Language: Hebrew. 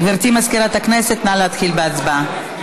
גברתי מזכירת הכנסת, נא להתחיל את ההצבעה.